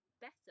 better